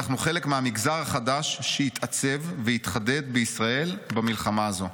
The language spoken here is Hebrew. אנחנו חלק מהמגזר החדש שהתעצב והתחדד בישראל במלחמה הזו.